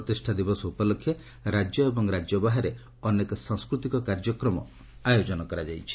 ପ୍ରତିଷ୍ଠା ଦିବସ ଉପଲକ୍ଷେ ରାଜ୍ୟ ଏବଂ ରାଜ୍ୟ ବାହାରେ ଅନେକ ସାଂସ୍କୃତିକ କାର୍ଯ୍ୟକ୍ରମ ଆୟୋଜନ କରାଯାଇଛି